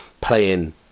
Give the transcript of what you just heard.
playing